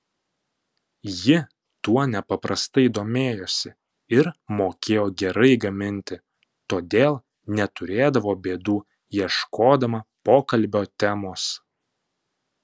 ji tuo nepaprastai domėjosi ir mokėjo gerai gaminti todėl neturėdavo bėdų ieškodama pokalbio temos